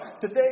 today